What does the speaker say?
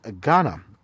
Ghana